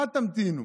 מה תמתינו?